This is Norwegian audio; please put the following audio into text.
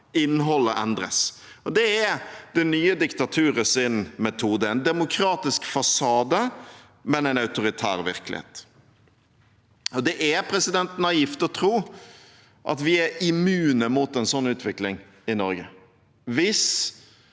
innholdet endres. Det er det nye diktaturets metode – en demokratisk fasade, men en autoritær virkelighet. Det er naivt å tro at vi er immune mot en sånn utvikling i Norge.